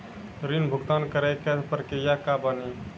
ऋण भुगतान करे के प्रक्रिया का बानी?